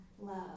love